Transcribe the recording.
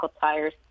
tires